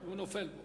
והוא נופל.